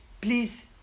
please